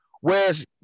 Whereas